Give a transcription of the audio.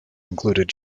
included